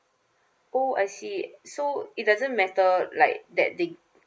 oh I see so it doesn't matter like they did